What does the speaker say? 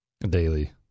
daily